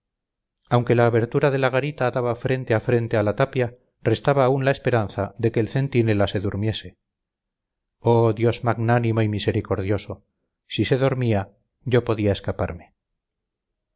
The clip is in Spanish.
aunque la abertura de la garita daba frente a frente a la tapia restaba aún la esperanza de que el centinela se durmiese oh dios magnánimo y misericordioso si se dormía yo podía escaparme